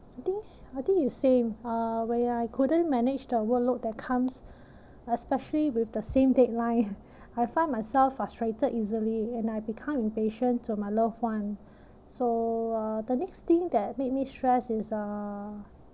I think I think it's same uh when I couldn't manage the work load that comes especially with the same deadline I find myself frustrated easily and I became impatient to my loved one so uh the next thing that made me stress is uh